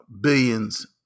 billions